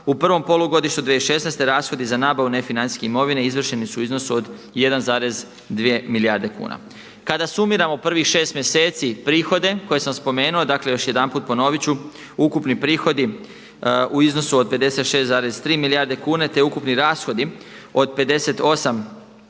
U prvom polugodištu 2016. rashodi za nabavu nefinancijske imovine izvršeni su u iznosu od 1,2 milijarde kuna. Kada sumiramo prvih 6 mjeseci prihode koje sam spomenuo, dakle još jedanput ponoviti ću, ukupni prihodi u iznosu od 56,3 milijarde kuna, te ukupni rashodi od 58,7